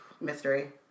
mystery